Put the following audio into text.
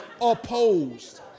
opposed